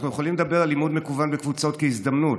אנחנו יכולים לדבר על לימוד מקוון בקבוצות כהזדמנות.